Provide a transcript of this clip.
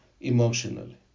emotionally